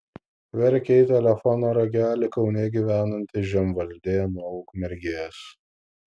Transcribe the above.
verkė į telefono ragelį kaune gyvenanti žemvaldė nuo ukmergės